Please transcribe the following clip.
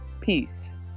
Peace